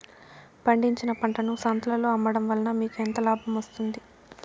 పండించిన పంటను సంతలలో అమ్మడం వలన మీకు ఎంత లాభం వస్తుంది?